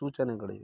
ಸೂಚನೆಗಳಿವೆ